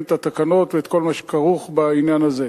את התקנות ואת כל מה שכרוך בעניין הזה.